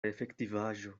efektivaĵo